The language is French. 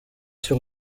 sur